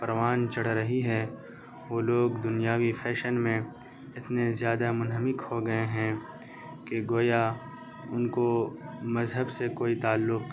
پروان چڑھ رہی ہیں وہ لوگ دنیاوی فیشن میں اتنے زیادہ منہمک ہو گئے ہیں کہ گویا ان کو مذہب سے کوئی تعلق